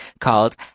called